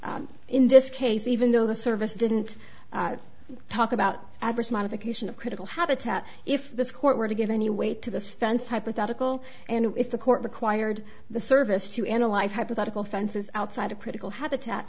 that in this case even though the service didn't talk about adverse modification of critical habitat if this court were to give any way to this fence hypothetical and if the court required the service to analyze hypothetical fences outside of critical habitat